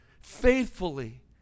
faithfully